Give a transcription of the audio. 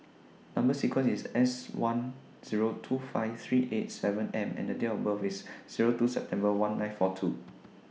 Number sequence IS S one Zero two five three eight seven M and Date of birth IS Zero two September one nine four two